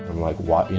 like, what?